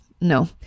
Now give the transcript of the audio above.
No